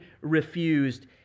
refused